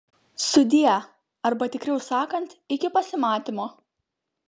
sudie arba tikriau sakant iki pasimatymo